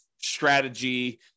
strategy